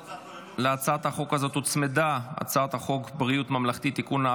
להצעת החוק הזאת הוצמדה הצעת חוק בריאות ממלכתי (תיקון,